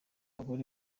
abagore